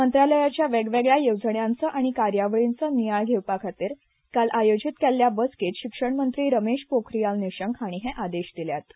मंत्रालयाच्या वेगवेगळया येवजण्यांचो आनी कार्यावळीचो नियाळ घेवपा खातीर काल आयोजीत केल्ले बसकेंत शिक्षण मंत्री रमेश पोखरियाल निशंक हांणी हे आदेश दिल्यात